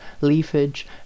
leafage